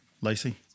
Lacey